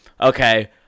Okay